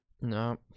No